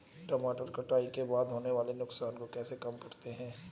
टमाटर कटाई के बाद होने वाले नुकसान को कैसे कम करते हैं?